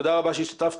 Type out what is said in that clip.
תודה רבה שהשתתפת.